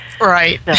Right